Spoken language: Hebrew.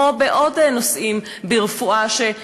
כמו בעוד נושאים ברפואה.